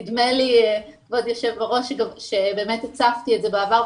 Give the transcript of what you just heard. נדמה לי שהצפתי את זה בעבר,